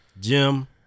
Jim